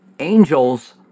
Angels